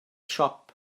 siop